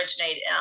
originate